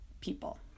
people